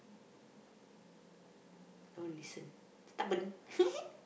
don't listen stubborn